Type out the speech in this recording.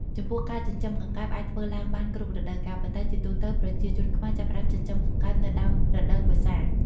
ចំពោះការចិញ្ចឹមកង្កែបអាចធ្វើឡើងបានគ្រប់រដូវកាល ប៉ុន្តែជាទូទៅ ប្រជាជនខ្មែរចាប់ផ្ដើមចិញ្ចឹមកង្កែបនៅដើមរដូវវស្សា។